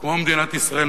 כמו מדינת ישראל,